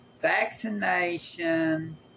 Vaccination